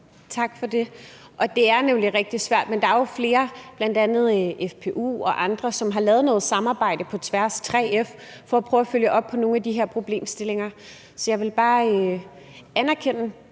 Tak for det. Det er nemlig rigtig svært, men der er jo flere, bl.a. FPU og andre, som har lavet noget samarbejde på tværs i 3F for at prøve at følge op på nogle af de her problemstillinger. Så jeg vil bare anerkende,